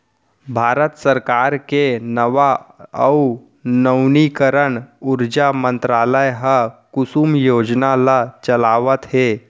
भारत सरकार के नवा अउ नवीनीकरन उरजा मंतरालय ह कुसुम योजना ल चलावत हे